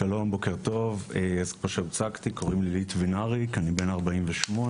שלום, קוראים לי ליטווין אריק, אני בן 48,